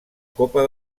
copa